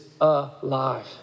alive